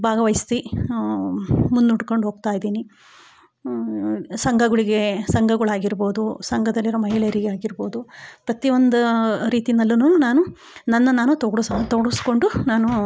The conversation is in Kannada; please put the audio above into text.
ಭಾಗವಹಿಸ್ತಾ ಮುನ್ನಡ್ಕೊಂಡು ಹೋಗ್ತಾ ಇದ್ದೀನಿ ಸಂಘಗಳಿಗೆ ಸಂಘಗಳಾಗಿರ್ಬೋದು ಸಂಘದಲ್ಲಿರೋ ಮಹಿಳೆಯರಿಗೆ ಆಗಿರ್ಬೋದು ಪ್ರತಿಯೊಂದು ರೀತಿಯಲ್ಲುನು ನಾನು ನನ್ನ ನಾನು ತೊಗೋಡ್ಸ್ ತೊಡಗಸ್ಕೊಂಡು ನಾನು